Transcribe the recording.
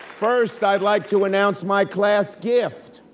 first, i'd like to announce my class gift.